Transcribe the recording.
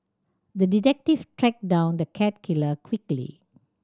the detective tracked down the cat killer quickly